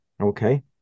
Okay